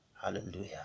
Hallelujah